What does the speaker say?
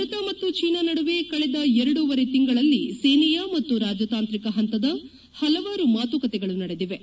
ಭಾರತ ಮತ್ತು ಚೀನಾ ನಡುವೆ ಕಳೆದ ಎರಡೂವರೆ ತಿಂಗಳಲ್ಲಿ ಸೇನೆಯ ಮತ್ತು ರಾಜತಾಂತ್ರಿಕ ಹಂತದ ಪಲವಾರು ಮಾತುಕತೆಗಳು ನಡೆದಿವೆ